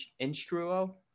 instruo